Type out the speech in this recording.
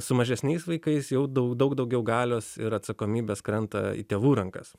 su mažesniais vaikais jau dau daug daugiau galios ir atsakomybės krenta į tėvų rankas